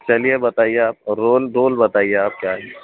چلیے بتائیے آپ رول دول بتائیے آپ کیا ہے یہ